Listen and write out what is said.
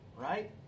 Right